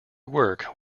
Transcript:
work